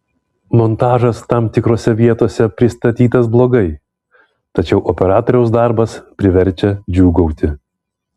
montažas tam tikrose vietose pristatytas blogai tačiau operatoriaus darbas priverčia džiūgauti